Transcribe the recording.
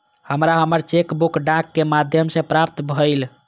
हमरा हमर cheque book डाक के माध्यम से प्राप्त भईल